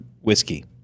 whiskey